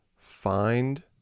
find